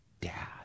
Dad